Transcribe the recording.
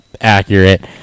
accurate